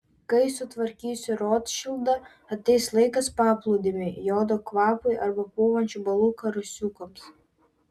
kai sutvarkysiu rotšildą ateis laikas paplūdimiui jodo kvapui arba pūvančių balų karosiukams